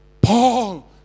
Paul